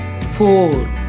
four